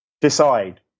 decide